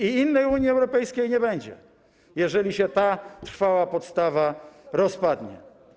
I innej Unii Europejskiej nie będzie, jeżeli się ta trwała podstawa rozpadnie.